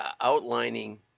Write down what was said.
outlining